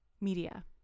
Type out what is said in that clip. media